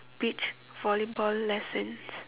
beach volleyball lessons